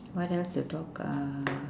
what else to talk ah